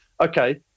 okay